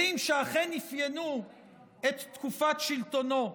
כלים שאכן אפיינו את תקופת שלטונו,